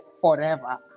forever